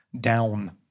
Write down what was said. down